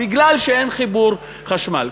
בגלל שאין חיבור חשמל.